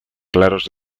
claros